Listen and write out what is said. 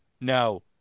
No